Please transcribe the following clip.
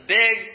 big